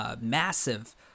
massive